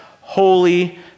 holy